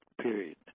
period